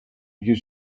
you